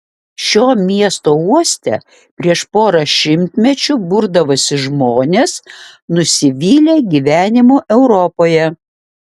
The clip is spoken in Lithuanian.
šio miesto uoste prieš porą šimtmečių burdavosi žmonės nusivylę gyvenimu europoje